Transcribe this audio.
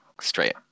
straight